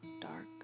dark